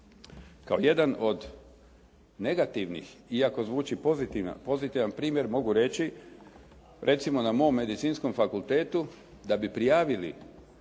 Jedan od negativnih, iako zvuči pozitivan primjer mogu reći recimo na mom medicinskom fakultetu da bi prijavili